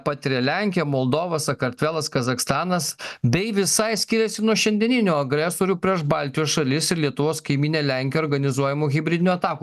patiria lenkija moldova sakartvelas kazachstanas bei visai skiriasi nuo šiandieninių agresorių prieš baltijos šalis ir lietuvos kaimynę lenkiją organizuojamų hibridinių atakų